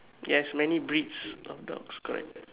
yes many breeds of dogs correct